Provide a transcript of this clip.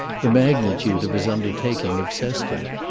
the magnitude of his undertaking obsessed him.